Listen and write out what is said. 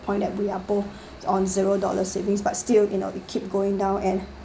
point that we are both on zero dollar savings but still you know keep going down and